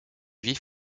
vif